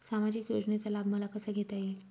सामाजिक योजनेचा लाभ मला कसा घेता येईल?